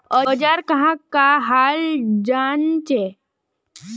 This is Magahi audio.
औजार कहाँ का हाल जांचें?